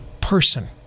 person